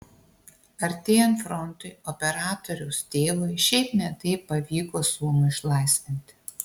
artėjant frontui operatoriaus tėvui šiaip ne taip pavyko sūnų išlaisvinti